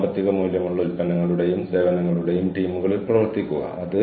എനിക്ക് അങ്ങോട്ടും ഇങ്ങോട്ടും പോകാൻ കഴിയില്ല